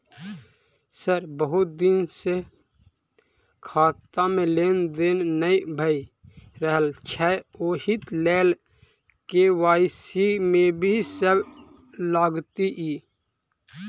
Sir बहुत दिन सऽ खाता मे लेनदेन नै भऽ रहल छैय ओई लेल के.वाई.सी मे की सब लागति ई?